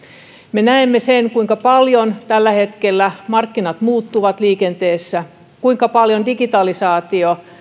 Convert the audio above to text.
me näemme kuinka paljon tällä hetkellä markkinat muuttuvat liikenteessä kuinka paljon digitalisaatio ja